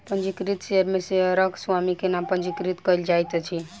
पंजीकृत शेयर में शेयरक स्वामी के नाम पंजीकृत कयल जाइत अछि